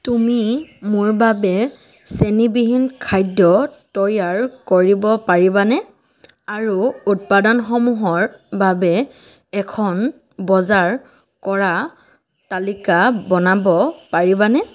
তুমি মোৰ বাবে চেনিবিহীন খাদ্য তৈয়াৰ কৰিব পাৰিবানে আৰু উৎপাদানসমূহৰ বাবে এখন বজাৰ কৰা তালিকা বনাব পাৰিবানে